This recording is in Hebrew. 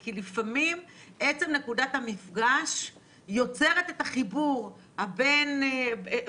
כי לפעמים עצם נקודת המפגש יוצרת את החיבור בין